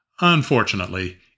Unfortunately